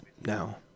now